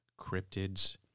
cryptids